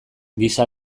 gisa